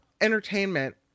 entertainment